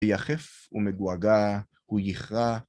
‫יחף ומגועגע הוא יכרע